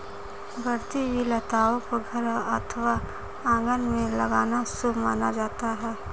बढ़ती हुई लताओं को घर अथवा आंगन में लगाना शुभ माना जाता है